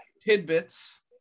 tidbits